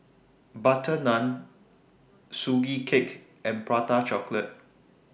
Butter Naan Sugee Cake and Prata Chocolate